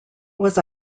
was